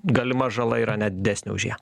galima žala yra net didesnė už ją